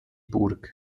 burg